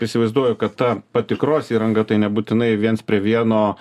įsivaizduoju kad ta patikros įranga tai nebūtinai viens prie vieno